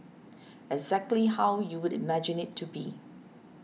exactly how you would imagine it to be